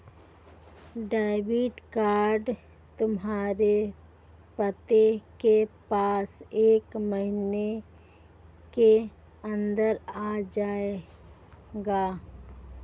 debit card तुम्हारे पति के पास एक महीने के अंदर आ जाएगा